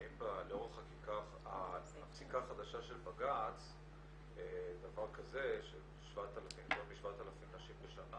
האם לאור הפסיקה החדשה של בג"ץ דבר כזה של יותר מ-7000 נשים בשנה,